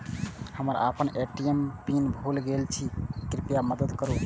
हम आपन ATM PIN भूल गईल छी, कृपया मदद करू